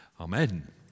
Amen